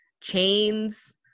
chains